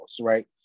right